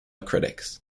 critics